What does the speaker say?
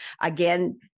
Again